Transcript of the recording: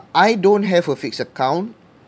I don't have a fixed account